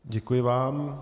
Děkuji vám.